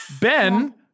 Ben